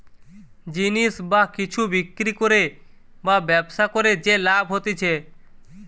জিনিস বা কিছু বিক্রি করে বা ব্যবসা করে যে লাভ হতিছে